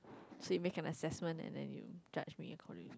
should we make an assessment and then you judge me accordingly